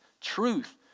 truth